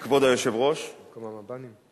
כבוד היושב-ראש, במקום המב"נים?